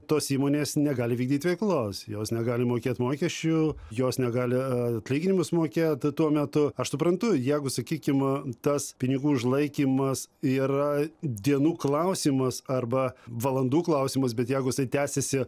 tos įmonės negali vykdyt veiklos jos negali mokėt mokesčių jos negali atlyginimus mokėt tuo metu aš suprantu jeigu sakykim tas pinigų užlaikymas yra dienų klausimas arba valandų klausimas bet jeigu jisai tęsiasi